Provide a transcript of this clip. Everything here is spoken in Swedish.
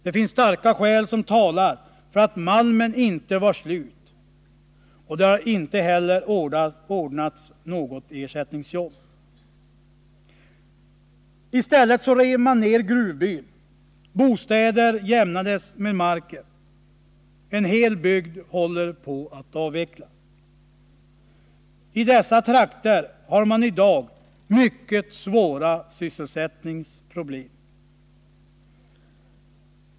Det finns starka skäl som talar för att malmen inte var slut, och det har heller inte ordnats något ersättningsjobb. I stället rev man ner gruvbyn, och bostäder jämnades med marken. En hel bygd håller på att avvecklas. I dessa trakter har man i dag mycket svåra sysselsättningsproblem.